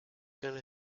gonna